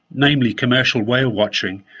namely commercial whale watching,